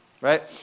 right